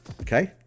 Okay